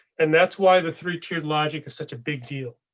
and that's why the three tiered logic is such a big deal.